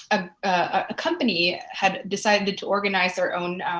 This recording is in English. a company had decided to organize their own